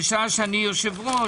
וזה כשאני היושב ראש,